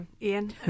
Ian